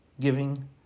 giving